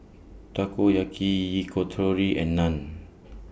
Takoyaki Yakitori and Naan